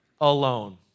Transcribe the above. alone